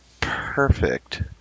perfect